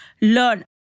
learn